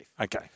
Okay